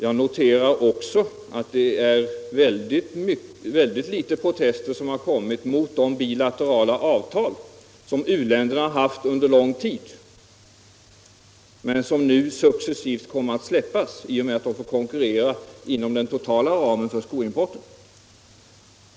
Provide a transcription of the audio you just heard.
Jag noterar också att få protester har riktats mot de bilaterala avtal som u-länderna haft under lång tid men som nu successivt kommer att avvecklas i och med att de får konkurrera inom den totala ramen för skoimporten.